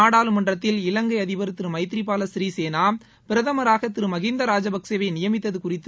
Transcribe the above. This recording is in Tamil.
நாடாளுமன்றத்தில் இலங்கை அதிபர் திரு மைதிரிபால சிறிசேனா பிரதமராக திரு மகிந்தா ராஜபக்சேயை நியமித்தது குறித்து